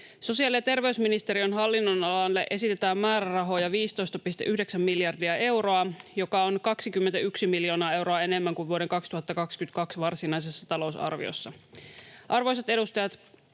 Sosiaali- ja terveysministeriön hallinnonalalle esitetään määrärahoja 15,9 miljardia euroa, joka on 21 miljoonaa euroa enemmän kuin vuoden 2022 varsinaisessa talousarviossa. Arvoisa puhemies!